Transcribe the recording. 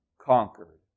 conquered